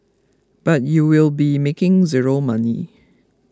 but you will be making zero money